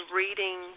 reading